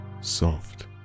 soft